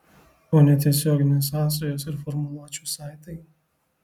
o netiesioginės sąsajos ir formuluočių saitai